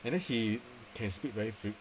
and then he can speak very good